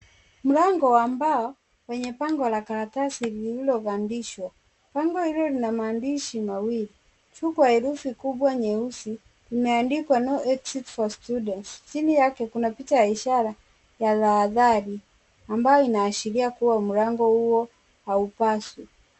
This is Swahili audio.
Mlango wa mbao wenye bango la karatasi lililobandishwa. Bango hilo lina maandishi mawili. Juu kwa herufi kubwa nyeusi umeandikwa No exit for students .Chini yake kuna picha ya ishara ya tahadhari , ambayo inaashiria kuwa mlango huo haupaswi.